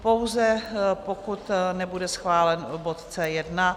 Pouze pokud nebude schválen bod C1.